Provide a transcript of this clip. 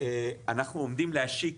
אנחנו עומדים להשיק